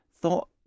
Thought